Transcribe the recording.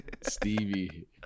Stevie